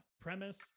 premise